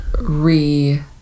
re